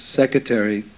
secretary